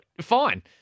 Fine